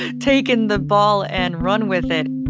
taken the ball and run with it.